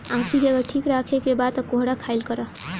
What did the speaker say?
आंखी के अगर ठीक राखे के बा तअ कोहड़ा खाइल करअ